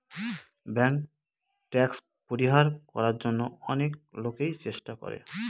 bank tax পরিহার করার জন্য অনেক লোকই চেষ্টা করে